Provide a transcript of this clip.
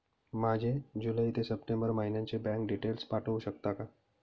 माझे जुलै ते सप्टेंबर महिन्याचे बँक डिटेल्स पाठवू शकता का?